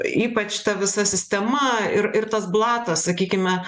ypač ta visa sistema ir ir tas blatas sakykime